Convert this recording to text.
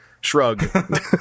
Shrug